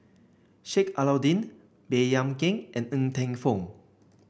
Sheik Alau'ddin Baey Yam Keng and Ng Teng Fong